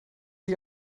sie